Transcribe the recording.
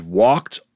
walked